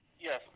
Yes